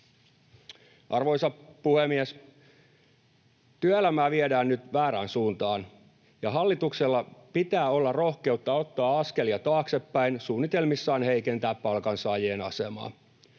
Arvoisa puhemies! Työelämää viedään nyt väärään suuntaan, ja hallituksella pitää olla rohkeutta ottaa askelia taaksepäin suunnitelmissaan heikentää palkansaajien asemaa.